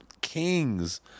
Kings